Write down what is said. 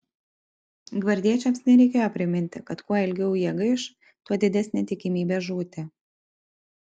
gvardiečiams nereikėjo priminti kad kuo ilgiau jie gaiš tuo didesnė tikimybė žūti